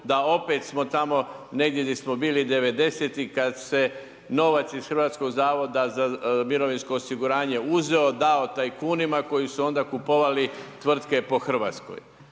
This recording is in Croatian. da opet smo tamo negdje gdje smo bili '90.-tih kad se novac iz HZMO-a uzeo dao tajkunima koji su onda kupovali tvrtke po Hrvatskoj.